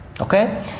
Okay